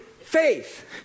faith